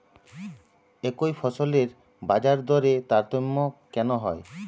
একই ফসলের বাজারদরে তারতম্য কেন হয়?